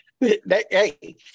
Hey